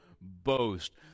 boast